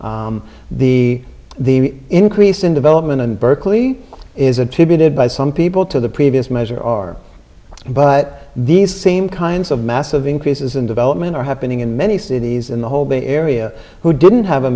the the increase in development in berkeley is attributed by some people to the previous measure are but these same kinds of massive increases in development are happening in many cities in the whole bay area who didn't